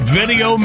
video